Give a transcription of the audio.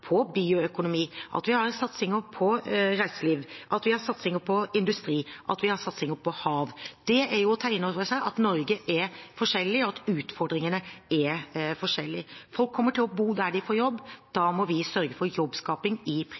bioøkonomi, reiseliv, industri og hav. Det er å ta inn over seg at Norge er forskjellig, og at utfordringene er forskjellige. Folk kommer til å bo der de får jobb, og da må vi sørge for jobbskaping i